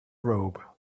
robe